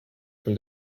from